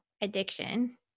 addiction